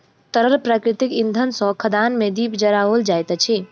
तरल प्राकृतिक इंधन सॅ खदान मे दीप जराओल जाइत अछि